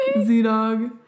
Z-Dog